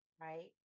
right